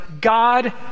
God